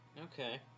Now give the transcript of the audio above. Okay